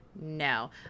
No